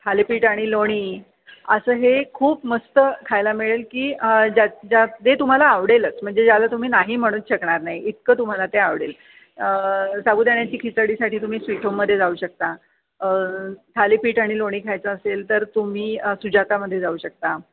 थालीपीठ आणि लोणी असं हे खूप मस्त खायला मिळेल की ज्या ज्या जे तुम्हाला आवडेलच म्हणजे ज्याला तुम्ही नाही म्हणूच शकणार नाही इतकं तुम्हाला ते आवडेल साबुदाण्याची खिचडीसाठी तुम्ही स्वीट होममध्ये जाऊ शकता थालीपीठ आणि लोणी खायचं असेल तर तुम्ही सुजातामध्ये जाऊ शकता